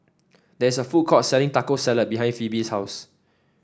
there is a food court selling Taco Salad behind Phebe's house